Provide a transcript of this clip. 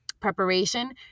preparation